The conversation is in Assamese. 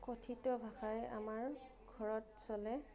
কথিত ভাষাই আমাৰ ঘৰত চলে